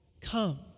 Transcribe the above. come